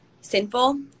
sinful